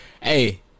hey